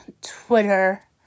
Twitter